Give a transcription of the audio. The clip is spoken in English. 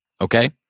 Okay